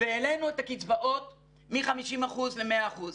והעלינו את הקצבאות מ-50% ל-100%.